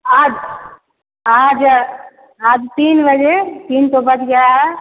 आज आज आज तीन बजे तीन तो बज गया है